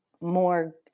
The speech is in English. more